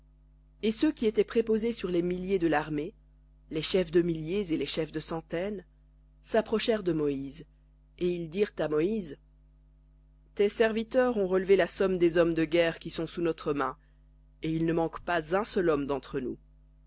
et ceux qui étaient préposés sur les milliers de l'armée les chefs de milliers et les chefs de centaines s'approchèrent de moïse et ils dirent à moïse tes serviteurs ont relevé la somme des hommes de guerre qui sont sous notre main et il ne manque pas un seul homme d'entre nous